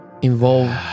Involved